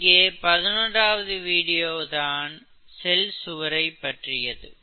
இங்கே 11ஆவது வீடியோதான் செல் சுவரை பற்றியது